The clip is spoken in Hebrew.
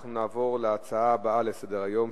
אנחנו נעבור לנושא הבא על סדר-היום,